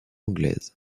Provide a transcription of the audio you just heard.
anglaise